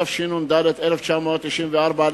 התשנ"ד 1994,